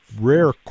rare